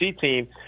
team